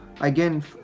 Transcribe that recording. again